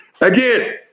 Again